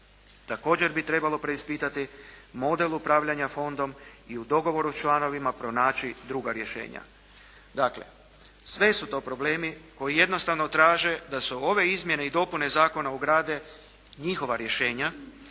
Također bi trebalo preispitati model upravljanja fondom i u dogovoru s članovima pronaći druga rješenja. Dakle sve su to problemi koji jednostavno traže da se u ove izmjene i dopune zakona ugrade njihova rješenja